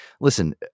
Listen